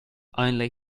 only